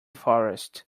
forest